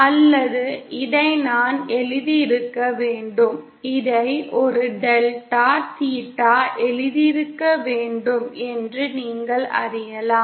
அல்லது இதை நான் எழுதியிருக்க வேண்டும் இதை ஒரு டெல்டா தீட்டா எழுதியிருக்க வேண்டும் என்று நீங்கள் அறியலாம்